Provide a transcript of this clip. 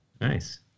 Nice